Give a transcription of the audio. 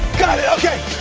got it, okay.